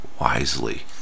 wisely